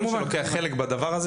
כל מי שלוקח חלק בדבר הזה,